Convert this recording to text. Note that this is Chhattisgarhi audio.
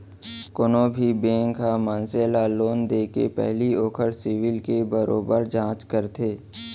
कोनो भी बेंक ह मनसे ल लोन देके पहिली ओखर सिविल के बरोबर जांच करथे